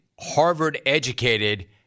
Harvard-educated